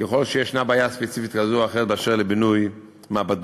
ככל שישנה בעיה ספציפית כזו או אחרת אשר לבינוי מעבדות,